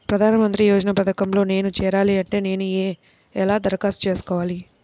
ప్రధాన మంత్రి యోజన పథకంలో నేను చేరాలి అంటే నేను ఎలా దరఖాస్తు చేసుకోవాలి?